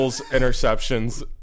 interceptions